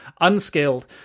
unskilled